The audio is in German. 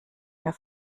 mehr